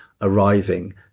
arriving